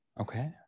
okay